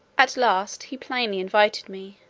at last he plainly invited me,